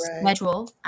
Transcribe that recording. schedule